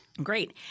Great